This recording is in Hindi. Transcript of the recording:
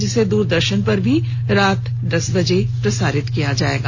जिसे दूरदर्शन पर भी रात दस बजे प्रसारित किया जाएगा